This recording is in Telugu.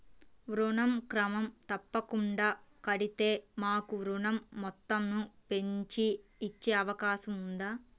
ఋణం క్రమం తప్పకుండా కడితే మాకు ఋణం మొత్తంను పెంచి ఇచ్చే అవకాశం ఉందా?